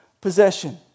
possession